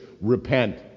repent